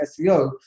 SEO